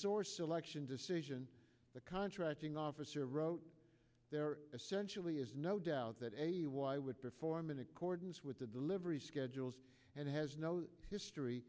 source election decision the contracting officer wrote there essentially is no doubt that a why would perform in accordance with the delivery schedules and has no history